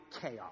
chaos